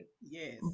yes